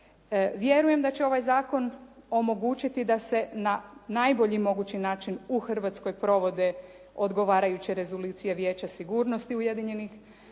Vjerujem da će ovaj zakon omogućiti da se na najbolji mogući način u Hrvatskoj provode odgovarajuće rezolucije Vijeća sigurnosti Ujedinjenih